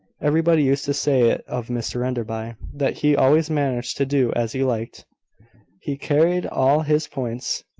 everybody used to say it of mr enderby, that he always managed to do as he liked he carried all his points.